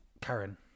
Karen